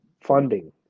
funding